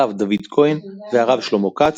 הרב דוד כהן והרב שלמה כץ,